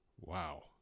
Wow